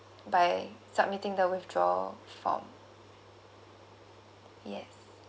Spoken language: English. by submitting the withdraw form yes